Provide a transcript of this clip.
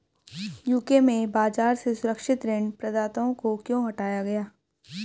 UK में बाजार से सुरक्षित ऋण प्रदाताओं को क्यों हटाया गया?